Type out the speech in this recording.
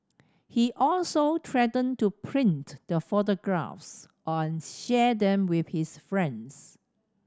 he also threatened to print the photographs and share them with his friends